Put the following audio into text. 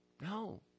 No